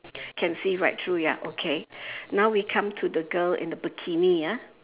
can see right through ya okay now we come to the girl in the bikini ah